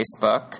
Facebook